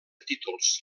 títols